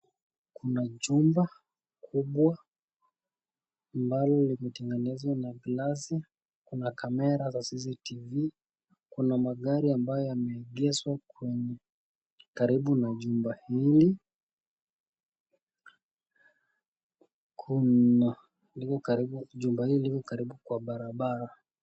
Kuna jumba kubwa ambalo limetengenezwa na glasi, kuna camera za cctv , kuna magari ambayo yameegeshwa kwa karibu na jumba hili. Jumba hili liko karibu na barabara.